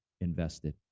invested